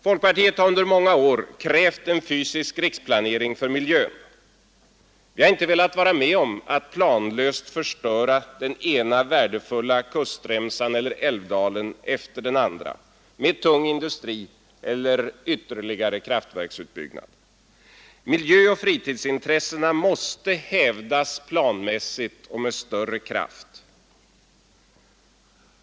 Folkpartiet har under många år krävt en fysisk riksplanering för miljön. Vi har inte velat vara med om att planlöst förstöra den ena värdefulla kustremsan eller älvdalen efter den andra med tung industri eller ytterligare kraftverksutbyggnad. Miljöoch fritidsintressena måste hävdas planmässigt och med större kraft.